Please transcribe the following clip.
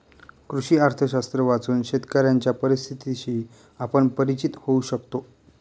कृषी अर्थशास्त्र वाचून शेतकऱ्यांच्या परिस्थितीशी आपण परिचित होऊ शकतो